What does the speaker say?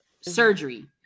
surgery